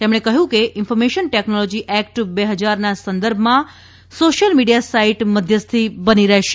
તેમણે કહ્યું કે ઇન્ફોર્મેશન ટેકનોલોજી એકટ બે ફજારના સંદર્ભમાં સોશ્યિલ મિડીયા સાઇડ મધ્યસ્થી બની રહેશે